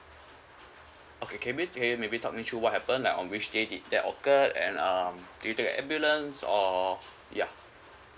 okay can you mayb~ can you maybe talk me through what happened like on which day did that occurred and um did you take a ambulance or ya